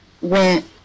went